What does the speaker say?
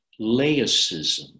laicism